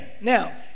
Now